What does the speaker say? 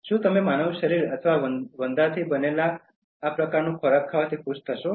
શું તમે માનવ શરીર અથવા વંદોથી બનાવેલું આ પ્રકારનું ખોરાક ખાવાથી ખુશ થશો